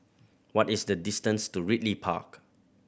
what is the distance to Ridley Park